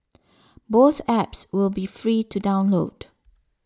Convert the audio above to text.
both apps will be free to download